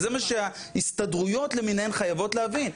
וזה מה שההסתדרויות למיניהן חייבות להבין,